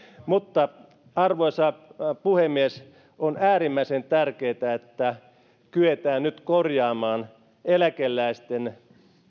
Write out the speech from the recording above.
arvoisa puhemies on äärimmäisen tärkeätä että kyetään nyt korjaamaan eläkeläisten